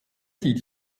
die